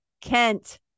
Kent